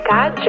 God